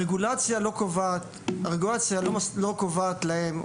הרגולציה לא קובעת להם,